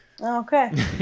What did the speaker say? Okay